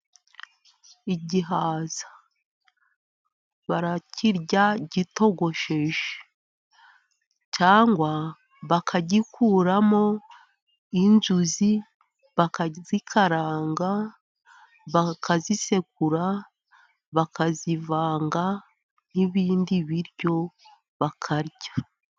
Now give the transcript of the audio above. Igihaza barakirya gitogosheje, cyangwa bakagikuramo inzuzi bakazikaranga, bakazisekura bakazivanga n'ibindi biryo bakarya.